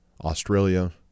Australia